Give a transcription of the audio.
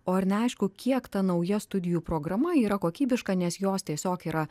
o ir neaišku kiek ta nauja studijų programa yra kokybiška nes jos tiesiog yra